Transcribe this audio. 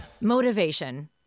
Motivation